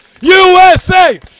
USA